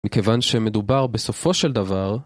מכיוון שמדובר בסופו של דבר